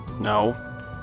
No